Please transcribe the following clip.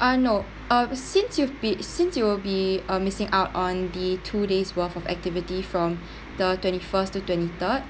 uh no uh since you'll be since you will be uh missing out on the two days' worth of activity from the twenty first to twenty third